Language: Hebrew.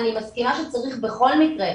אני מסכימה שצריך בכל מקרה,